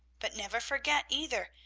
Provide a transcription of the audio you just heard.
but never forget, either,